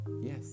yes